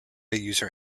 user